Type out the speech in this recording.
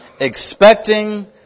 expecting